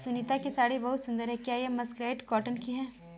सुनीता की साड़ी बहुत सुंदर है, क्या ये मर्सराइज्ड कॉटन की है?